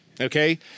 Okay